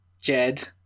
jed